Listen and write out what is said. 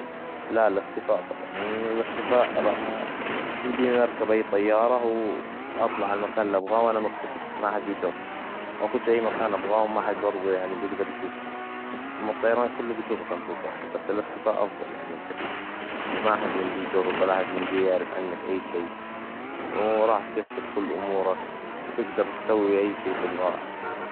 لا، الاختفاء طبعاً، لان الاختفاء ر- يمديني اركب أي طيارة، وأطلع عالمكان إللي ابغاه وانا مختفي، ما حد بيشوفني، واخش أي مكان ابغاه وما حد برظو يعني بيقدر يشوفني، أما الطيران كله بيشوفك وانت طاير، بس الاختفاءأفظل يعني بكثير، ما أحد يمديه يشوفك، ولا أحد يمديه يعرف عنك أي شي، وراح تيسر كل أمورك، وتقدر تسوي أي شي تبغاه.